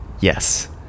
yes